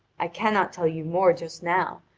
i cannot tell you more just now,